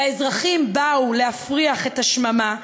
והאזרחים באו להפריח את השממה,